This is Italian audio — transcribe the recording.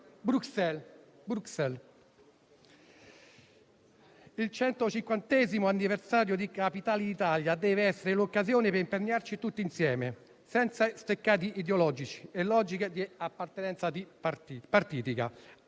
Bruxelles. Il centocinquantesimo anniversario della sua proclamazione come capitale d'Italia deve essere l'occasione per impegnarci tutti insieme, senza steccati ideologici e logiche di appartenenza partitica,